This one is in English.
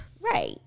Right